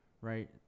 right